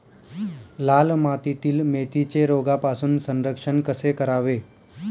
लाल मातीतील मेथीचे रोगापासून संरक्षण कसे करावे?